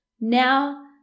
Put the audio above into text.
Now